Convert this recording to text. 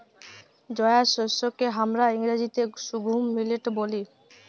জয়ার শস্যকে হামরা ইংরাজিতে সর্ঘুম মিলেট ব্যলি